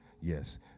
Yes